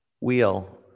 Wheel